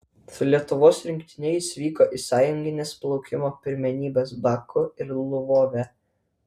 su lietuvos rinktine jis vyko į sąjungines plaukimo pirmenybes baku ir lvove